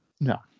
No